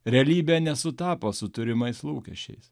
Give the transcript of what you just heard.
realybė nesutapo su turimais lūkesčiais